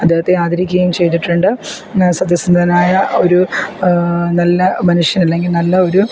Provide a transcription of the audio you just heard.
അദ്ദേഹത്തെ ആദരിക്കുകയും ചെയ്തിട്ടുണ്ട് സത്യസന്ധനായ ഒരു നല്ല മനുഷ്യൻ അല്ലെങ്കിൽ നല്ല ഒരു